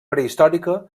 prehistòrica